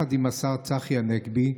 ביחד עם השר צחי הנגבי.